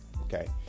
Okay